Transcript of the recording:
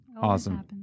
Awesome